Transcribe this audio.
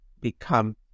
become